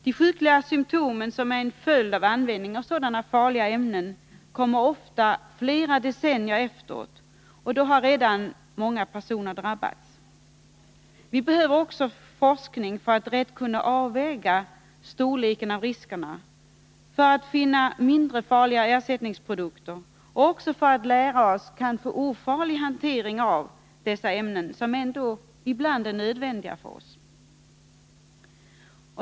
De sjukdomssymptom som är en följd av användning av sådana farliga ämnen kommer ofta flera decennier efteråt, och då har redan många personer drabbats. Vi behöver också forskning för att rätt kunna avväga storleken av riskerna, för att finna mindre farliga ersättningsprodukter och även för att lära oss kanske ofarlig hantering av dessa ämnen, som ändå ibland är nödvändiga för oss.